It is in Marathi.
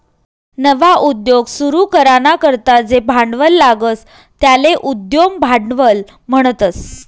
नवा उद्योग सुरू कराना करता जे भांडवल लागस त्याले उद्यम भांडवल म्हणतस